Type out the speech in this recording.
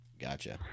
Gotcha